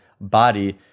body